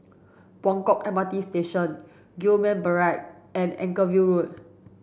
Buangkok M R T Station Gillman Barrack and Anchorvale Road